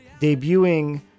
debuting